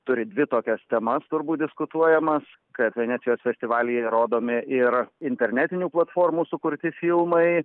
turi dvi tokias temas turbūt diskutuojamas kad venecijos festivalyje rodomi ir internetinių platformų sukurti filmai